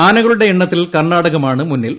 ആനകളുടെ എണ്ണത്തിൽ കർണ്ണാടകമാണ് മുന്നിൽ